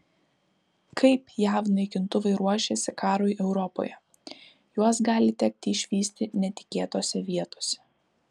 kaip jav naikintuvai ruošiasi karui europoje juos gali tekti išvysti netikėtose vietose